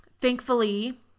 Thankfully